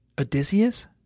Odysseus